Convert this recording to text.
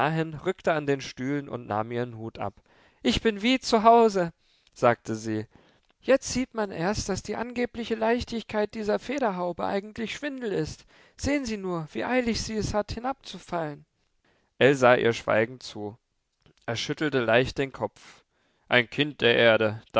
rückte an den stühlen und nahm ihren hut ab ich bin wie zu hause sagte sie jetzt sieht man erst daß die angebliche leichtigkeit dieser federhaube eigentlich schwindel ist sehen sie nur wie eilig sie es hat hinabzufallen ell sah ihr schweigend zu er schüttelte leicht den kopf ein kind der erde